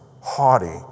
haughty